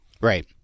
Right